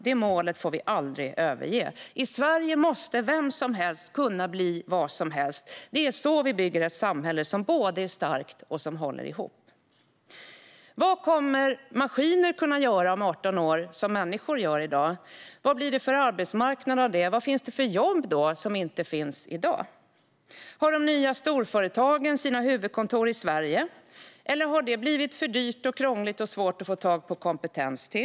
Det målet får vi aldrig överge. I Sverige måste vem som helst kunna bli vad som helst. Det är så vi bygger ett samhälle som både är starkt och håller ihop. Vad kommer maskiner att kunna göra om 18 år som människor gör i dag? Vad blir det för arbetsmarknad av det? Vad finns det för jobb då, som inte finns i dag? Har de nya storföretagen sina huvudkontor i Sverige, eller har det blivit för dyrt och krångligt och för svårt att få tag på kompetens?